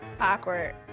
Awkward